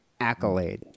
accolade